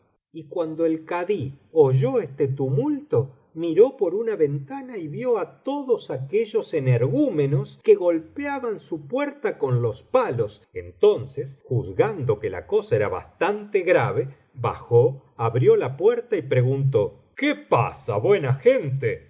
y cuando el kadí oyó este tumulto miró por una ventana y vio á todos aquellos energúmenos que golpeaban su puerta con los palos entonces juzgando que la cosa era bastante grave bajó abrió la puerta y preguntó qué pasa buena gente